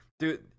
Dude